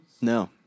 No